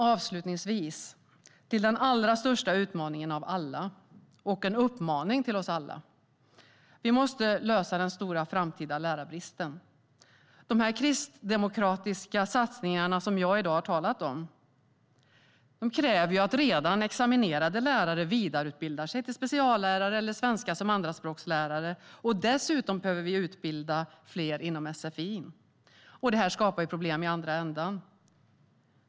Avslutningsvis kommer jag till den allra största utmaningen av alla och en uppmaning till oss alla: Vi måste lösa den stora framtida lärarbristen. De kristdemokratiska satsningar som jag i dag har talat om kräver att redan examinerade lärare vidareutbildar sig till speciallärare eller lärare i svenska som andraspråk. Dessutom behöver vi utbilda fler inom sfi. Detta skapar problem i andra ändan.